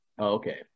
okay